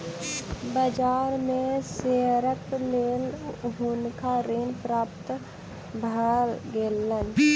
बाजार में शेयरक लेल हुनका ऋण प्राप्त भ गेलैन